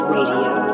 Radio